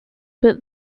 but